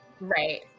right